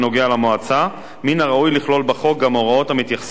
מן הראוי לכלול בחוק גם הוראות המתייחסות להתנהלות המועצה,